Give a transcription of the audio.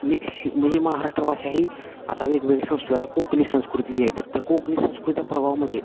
mix म्हणजे महाराष्ट्र भाषा ही आता वेगवेगळी संस्कृती आता कोकणी संस्कृती जे आहे तर त्या कोकणी संस्कृत्या प्रभावामध्ये